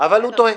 אבל הוא טועה.